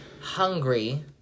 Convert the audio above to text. hungry